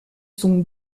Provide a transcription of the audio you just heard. son